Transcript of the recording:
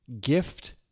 gift